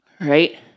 Right